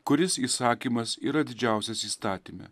kuris įsakymas yra didžiausias įstatyme